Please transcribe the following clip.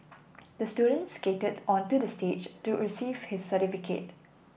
the student skated onto the stage to receive his certificate